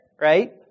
right